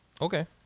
Okay